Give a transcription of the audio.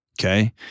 Okay